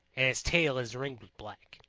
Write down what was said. and his tail is ringed with black.